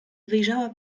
wyjrzała